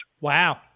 wow